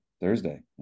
Thursday